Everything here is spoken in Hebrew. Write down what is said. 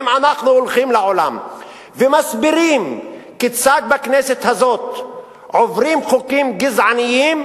אם אנחנו הולכים לעולם ומסבירים כיצד בכנסת הזאת עוברים חוקים גזעניים,